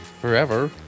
forever